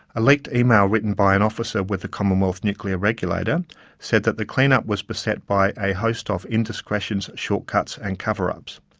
a leaked email written by an officer with the commonwealth nuclear regulator said that the clean-up was beset by a host of indiscretions, short-cuts and cover-ups.